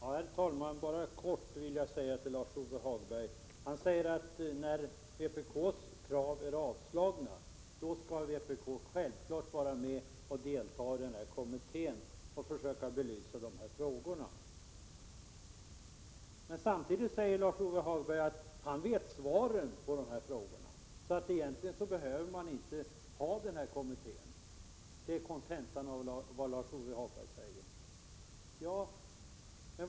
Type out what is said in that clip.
Herr talman! Lars-Ove Hagberg säger att när vpk:s krav har avslagits, då skall vpk självfallet delta i kommittén och försöka belysa de här frågorna. Samtidigt säger Lars-Ove Hagberg att han vet svaren på frågorna. Så egentligen behövs ingen kommitté. Det är kontentan av vad Lars-Ove Hagberg säger.